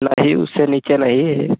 नहीं उससे नीचे नहीं है